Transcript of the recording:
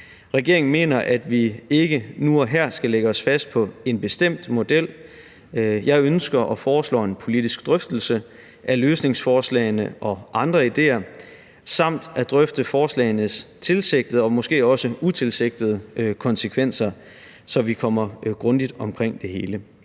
Regeringen mener, at vi ikke nu og her skal lægge os fast på en bestemt model. Jeg ønsker og foreslår en politisk drøftelse af løsningsforslagene og andre ideer samt at drøfte forslagenes tilsigtede og måske også utilsigtede konsekvenser, så vi kommer grundigt omkring det hele.